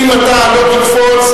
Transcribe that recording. אם אתה לא תקפוץ,